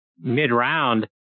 mid-round